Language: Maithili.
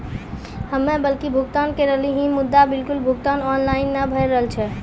हम्मे बिलक भुगतान के रहल छी मुदा, बिलक भुगतान ऑनलाइन नै भऽ रहल छै?